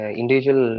individual